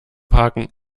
parken